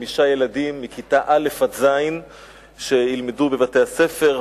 לחמישה ילדים מכיתה א' עד ז' שילמדו בבתי-הספר,